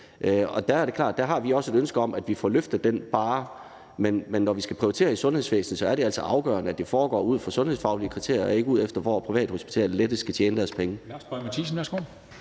der er det klart, at vi også har et ønske om, at vi får løftet den barre. Men når vi skal prioritere i sundhedsvæsenet, er det altså afgørende, at det foregår ud fra sundhedsfaglige kriterier og ikke ud fra, hvor privathospitalerne lettest kan tjene deres penge.